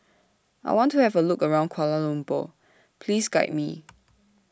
I want to Have A Look around Kuala Lumpur Please Guide Me